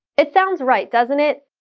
it sounds right, doesn't it?